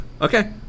Okay